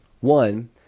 One